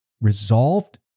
resolved